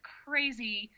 crazy